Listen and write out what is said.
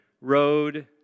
road